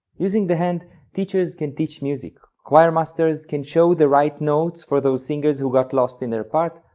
using the hand teachers can teach music, choirmasters can show the right notes for those singers who got lost in their part,